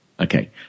Okay